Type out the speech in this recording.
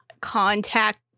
contact